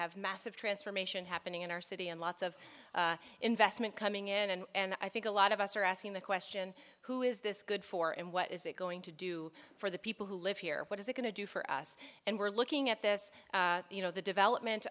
have massive transformation happening in our city and lots of investment coming in and i think a lot of us are asking the question who is this good for and what is it going to do for the people who live here what is it going to do for us and we're looking at this you know the development